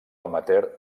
amateur